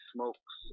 Smokes